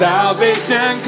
salvation